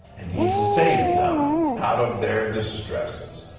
and he saved them out of their disstresses.